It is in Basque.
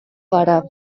gara